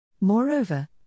Moreover